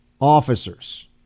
officers